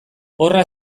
horra